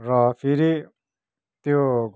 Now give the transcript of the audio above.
र फेरि त्यो